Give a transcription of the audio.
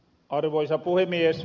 arvoisa puhemies